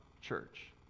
church